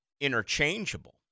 interchangeable